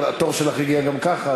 אבל התור שלך הגיע גם ככה,